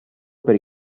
per